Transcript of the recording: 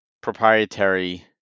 proprietary